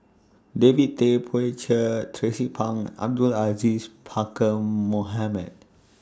David Tay Poey Cher Tracie Pang Abdul Aziz Pakkeer Mohamed